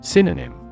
Synonym